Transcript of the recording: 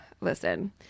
Listen